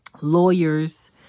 lawyers